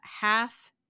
half